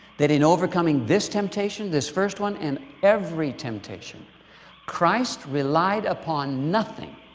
that in overcoming this temptation this first one and every temptation christ relied upon nothing